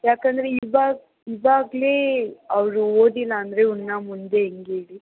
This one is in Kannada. ಯಾಕಂದರೆ ಇವಾಗ ಇವಾಗಲೆ ಅವರು ಓದಿಲ್ಲ ಅಂದರೆ ಇನ್ನು ಮುಂದೆ ಹೆಂಗೆ ಹೇಳಿ